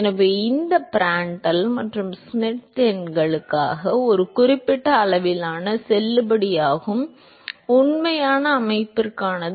எனவே இது Prandtl மற்றும் Schmidt எண்களுக்கான ஒரு குறிப்பிட்ட அளவிலான செல்லுபடியாகும் உண்மையான அமைப்பிற்கானது